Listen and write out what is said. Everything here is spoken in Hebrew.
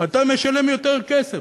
אתה משלם יותר כסף.